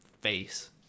face